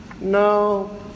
no